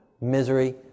misery